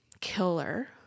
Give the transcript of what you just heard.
Killer